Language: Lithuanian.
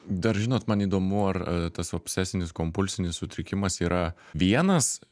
dar žinot man įdomu ar tas obsesinis kompulsinis sutrikimas yra vienas